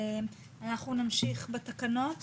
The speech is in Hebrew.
אנחנו נמשיך בהקראת התקנות.